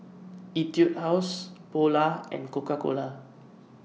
Etude House Polar and Coca Cola